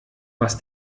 was